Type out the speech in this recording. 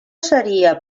seria